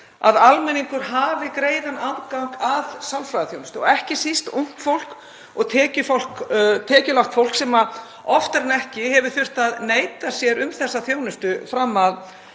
að almenningur hafi greiðan aðgang að sálfræðiþjónustu og ekki síst ungt fólk og tekjulágt fólk sem oftar en ekki hefur þurft að neita sér um þessa þjónustu fram að